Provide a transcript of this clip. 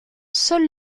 seul